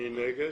מי נגד?